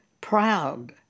proud